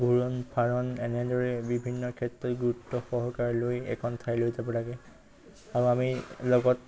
ঘূৰণ ফাৰণ এনেদৰে বিভিন্ন ক্ষেত্ৰত গুৰুত্ব সহকাৰ লৈ এখন ঠাইলৈ যাব লাগে আৰু আমি লগত